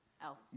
else